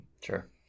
Sure